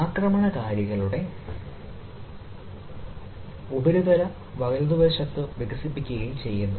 ആക്രമണകാരിയുടെ പുതിയ ക്ലൌഡ് അനുബന്ധ കഴിവുകളിൽ ശ്രദ്ധ കേന്ദ്രീകരിക്കുകയും ആക്രമണ ഉപരിതല വലതുവശത്ത് വികസിപ്പിക്കുകയും ചെയ്യുക